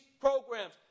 programs